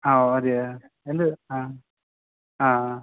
ആ ഓ അതെയൊ എന്ത് ആ